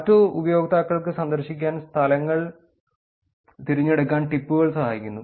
മറ്റ് ഉപയോക്താക്കൾക്ക് സന്ദർശിക്കാൻ സ്ഥലങ്ങൾ തിരഞ്ഞെടുക്കാൻ ടിപ്പുകൾ സഹായിക്കുന്നു